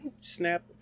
snap